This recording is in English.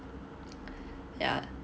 yeah